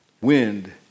Wind